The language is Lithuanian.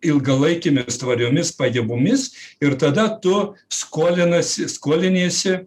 ilgalaikiame svariomis pajamomis ir tada tu skolinasi skoliniesi